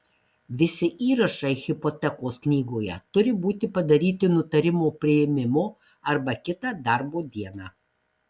visi įrašai hipotekos knygoje turi būti padaryti nutarimo priėmimo arba kitą darbo dieną